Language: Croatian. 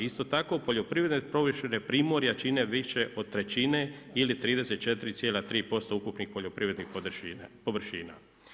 Isto tako, poljoprivredne površine primorja čine više od trećine ili 34,3% ukupnih poljoprivrednih površina.